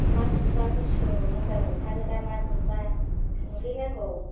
ना गुरबा गुसु मोजां मोनथारो दा ना गुरबा गुरहैनांगौ